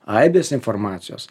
aibės informacijos